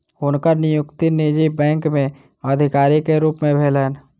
हुनकर नियुक्ति निजी बैंक में अधिकारी के रूप में भेलैन